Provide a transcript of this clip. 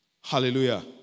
Hallelujah